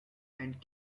and